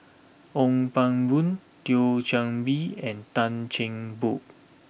Ong Pang Boon Thio Chan Bee and Tan Cheng Bock